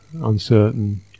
uncertain